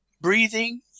breathing